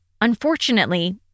unfortunately